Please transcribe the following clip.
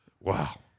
wow